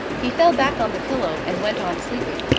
he fell back on the pillow and went on sleeping.